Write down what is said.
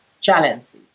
challenges